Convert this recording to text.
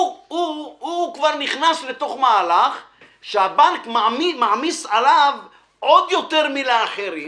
שהוא כבר נכנס לתוך מהלך שהבנק מעמיס עליו עוד יותר מלאחרים.